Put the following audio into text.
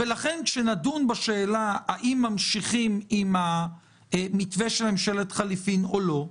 לכן כשנדון בשאלה האם ממשיכים עם המתווה של ממשלת חילופים או לא,